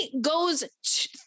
goes